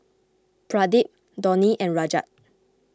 Pradip Dhoni and Rajat